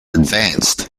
advanced